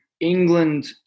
England